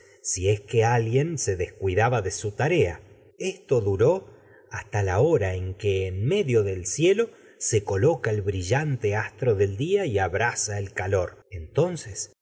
si es que la alguien hora en se descuidaba de en su tarea se esto duró el de hasta que medio del el cielo coloca brillante astro del día y abrasa calor entonces